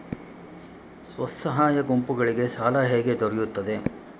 ಸ್ವಸಹಾಯ ಗುಂಪುಗಳಿಗೆ ಸಾಲ ಹೇಗೆ ದೊರೆಯುತ್ತದೆ?